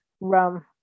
rum